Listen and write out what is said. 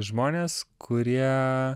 žmonės kurie